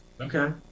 Okay